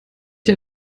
dir